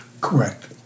Correct